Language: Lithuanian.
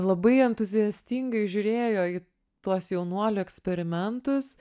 labai entuziastingai žiūrėjo į tuos jaunuolių eksperimentus